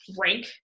rank